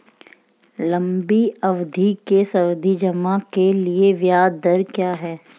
लंबी अवधि के सावधि जमा के लिए ब्याज दर क्या है?